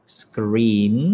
screen